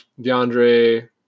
DeAndre